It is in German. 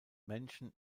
menschen